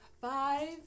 Five